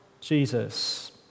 Jesus